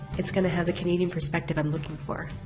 it's going to have the canadian perspective i'm looking for.